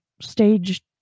stage